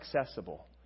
accessible